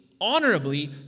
honorably